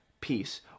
peace